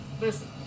listen